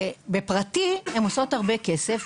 ובפרטי הן עושות הרבה כסף,